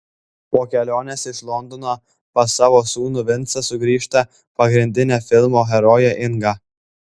po kelionės iš londono pas savo sūnų vincą sugrįžta pagrindinė filmo herojė inga